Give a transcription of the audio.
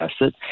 asset